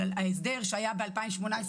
על ההסדר שהיה ב-2019-2018,